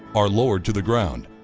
are lowered to the ground.